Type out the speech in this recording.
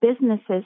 businesses